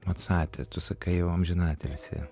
macatė tu sakai jau amžiną atilsį